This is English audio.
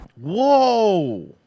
Whoa